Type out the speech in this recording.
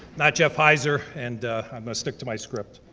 not jeff hizer, and i'm gonna stick to my script.